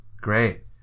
Great